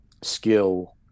skill